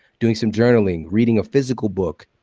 doing some journaling, reading a physical book,